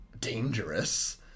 dangerous